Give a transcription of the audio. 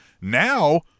now